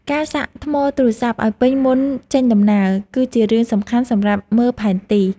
ការសាកថ្មទូរស័ព្ទឱ្យពេញមុនចេញដំណើរ គឺជារឿងសំខាន់សម្រាប់មើលផែនទី។